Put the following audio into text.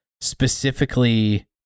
specifically